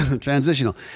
Transitional